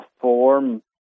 form